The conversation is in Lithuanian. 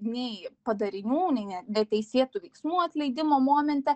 nei padarinių nei ne neteisėtų veiksmų atleidimo momente